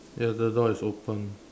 ya the door is open